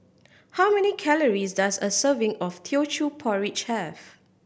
how many calories does a serving of Teochew Porridge have